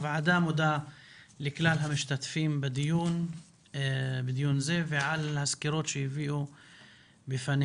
הוועדה מודה לכלל המשתתפים בדיון זה על הסקירות שהביאו בפני